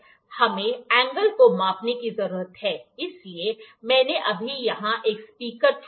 हमें एंगल को मापने की जरूरत है इसलिए मैंने अभी यहां एक स्पीकर चुना है